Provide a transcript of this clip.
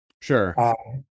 Sure